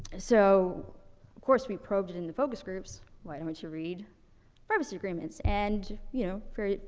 so course we probed it in the focus groups, why don't you read privacy agreements? and, you know, fair.